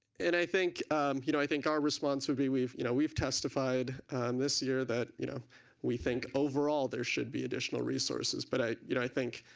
and i think you know i think our response would be we've you know we've testified this year that you know we think overall there should be additional resources but i you know i think